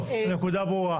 טוב, הנקודה ברורה.